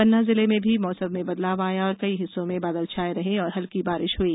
पन्ना जिले में भी मौसम में बदलाव आया और कई हिस्सों में बादल छाये रहे और हल्की बारिश हई